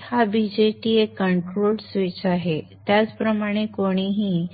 हा BJT एक control switch आहे त्याचप्रमाणे कोणीही